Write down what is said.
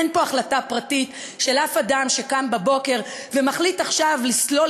אין פה החלטה פרטית של אף אדם שקם בבוקר ומחליט עכשיו לסלול